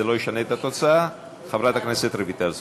זה לא ישנה את התוצאה, חברת הכנסת רויטל סויד.